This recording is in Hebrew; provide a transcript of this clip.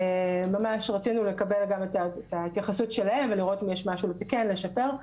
ממש רצינו לקבל גם את ההתייחסות שלהם ולראות אם יש משהו לתקן או לשפר.